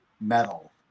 metal